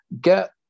get